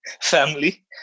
family